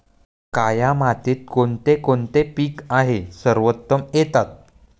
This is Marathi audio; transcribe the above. काया मातीत कोणते कोणते पीक आहे सर्वोत्तम येतात?